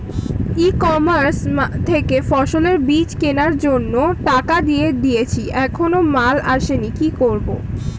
ই commerce থেকে ফসলের বীজ কেনার জন্য টাকা দিয়ে দিয়েছি এখনো মাল আসেনি কি করব?